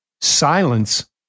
Silence